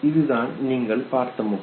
இதுதான் நீங்கள் பார்த்த முகம்